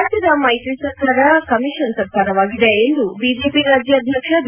ರಾಜ್ಯದ ಮೈತ್ರಿ ಸರ್ಕಾರ ಕಮಿಷನ್ ಸರ್ಕಾರವಾಗಿದೆ ಎಂದು ಬಿಜೆಪಿ ರಾಜ್ಯಾಧ್ಯಕ್ಷ ಬಿ